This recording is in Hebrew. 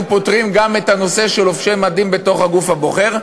פותרים גם את הנושא של לובשי מדים בגוף הבוחר.